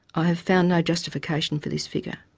i have found no justification for this figure.